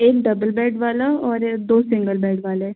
एक double bed वाला और या दो सिंगल बेड वाले